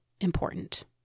important